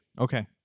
okay